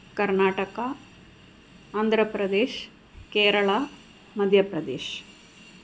कर्नाटकः आन्ध्रप्रदेशः केरलः मध्यप्रदेशः